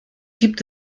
gibt